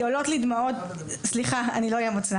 כי עולות לי דמעות, סליחה, אני לא אהיה ---.